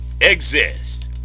Exist